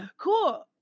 Cool